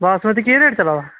बासमती केह् रेट चला दा